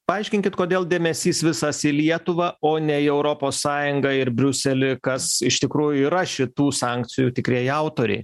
paaiškinkit kodėl dėmesys visas į lietuvą o ne į europos sąjungą ir briuselį kas iš tikrųjų yra šitų sankcijų tikrieji autoriai